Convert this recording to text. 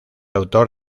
autor